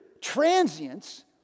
transients